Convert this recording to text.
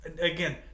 Again